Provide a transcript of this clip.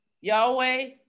Yahweh